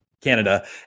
Canada